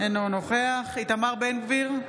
אינו נוכח איתמר בן גביר,